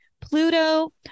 Pluto